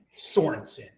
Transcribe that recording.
Sorensen